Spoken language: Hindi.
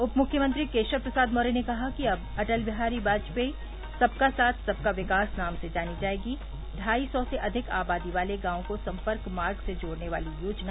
उपमुख्यमंत्री केशव प्रसाद मौर्य ने कहा अब अटल बिहारी वाजपेयी सबका साथ सबका विकास नाम से जानी जायेगी ढ़ाई सौ से अधिक आबादी वाले गांवों को सम्पर्क मार्ग से जोड़ने वाली योजना